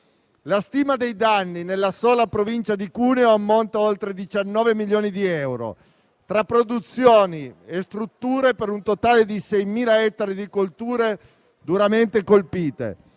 La stima dei danni nella sola provincia di Cuneo ammonta a oltre 19 milioni di euro, tra produzioni e strutture, per un totale di 6.000 ettari di colture duramente colpite.